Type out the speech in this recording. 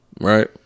right